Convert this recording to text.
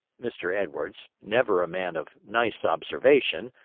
mr. edwards, never a man of nice observation,